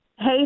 Hey